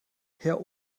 herr